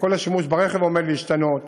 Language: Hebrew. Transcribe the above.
וכל השימוש ברכב עומד להשתנות,